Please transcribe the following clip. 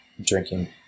drinking